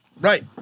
right